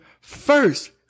first